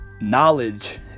Knowledge